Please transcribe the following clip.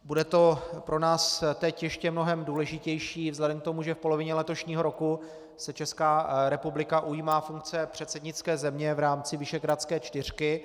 Bude to teď pro nás ještě mnohem důležitější vzhledem k tomu, že v polovině letošního roku se Česká republika ujímá funkce předsednické země v rámci Visegrádské čtyřky.